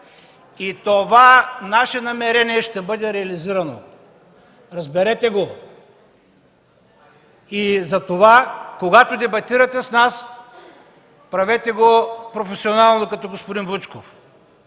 и това наше намерение ще бъде реализирано. Разберете го! И затова, когато дебатирате с нас, правете го професионално, като господин Вучков,